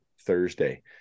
Thursday